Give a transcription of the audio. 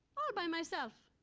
all by myself!